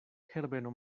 herbeno